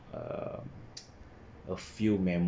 uh a few man